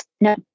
No